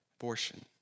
abortion